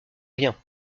rien